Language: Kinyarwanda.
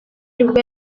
nibwo